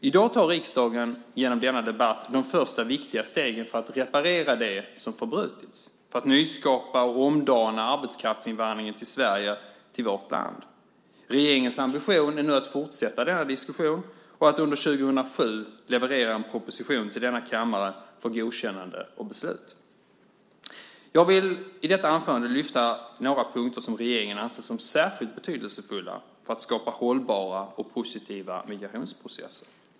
I dag tar riksdagen genom denna debatt de första viktiga stegen för att reparera det som förbrutits och nyskapa och omdana arbetskraftsinvandringen till Sverige. Regeringens ambition är nu att fortsätta denna diskussion och att under 2007 leverera en proposition till kammaren för godkännande och beslut. Jag vill i detta anförande lyfta fram några punkter som regeringen anser vara särskilt betydelsefulla för att skapa hållbara och positiva migrationsprocesser.